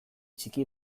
txiki